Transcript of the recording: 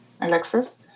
alexis